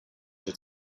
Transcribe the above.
your